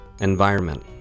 Environment